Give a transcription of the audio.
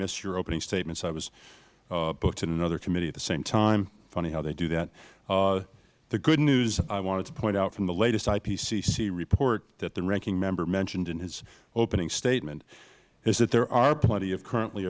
missed your opening statements i was booked in another committee at the same time funny how they do that the good news i wanted to point out from the latest ipcc report that the ranking member mentioned in his opening statement is that there are plenty of currently